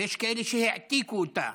ויש כאלה שהעתיקו אותה.